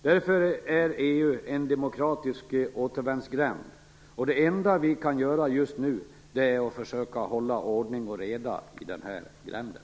Därför är EU en demokratisk återvändsgränd, och det enda vi kan göra just nu är att försöka hålla ordning och reda i den här gränden.